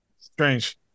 Strange